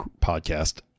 podcast